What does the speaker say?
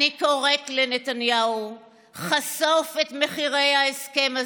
אני קוראת לנתניהו: חשוף את מחירי ההסכם הזה,